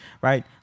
right